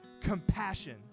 compassion